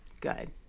Good